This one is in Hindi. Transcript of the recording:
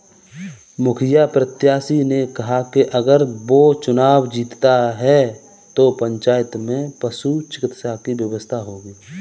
मुखिया प्रत्याशी ने कहा कि अगर वो चुनाव जीतता है तो पंचायत में पशु चिकित्सा की व्यवस्था होगी